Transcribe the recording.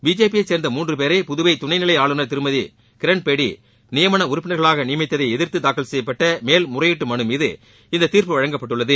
BJP யைச் சேர்ந்த மூன்று பேரை புதுவை துணைநிலை ஆளுநர் திருமதி கிரண்பேடி நியமன உறுப்பினா்களாக நியமித்ததை எதிா்த்து தாக்கல் செய்யப்பட்ட மேல்முறையீட்டு மனு மீது இந்த தீர்ப்பு வழங்கப்பட்டுள்ளது